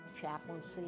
chaplaincy